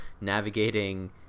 navigating